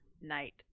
night